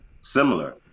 similar